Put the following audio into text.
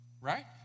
right